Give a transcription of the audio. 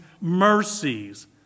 mercies